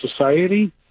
society